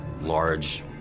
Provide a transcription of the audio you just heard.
large